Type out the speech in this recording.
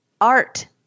art